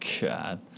God